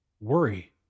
worry